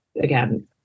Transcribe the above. again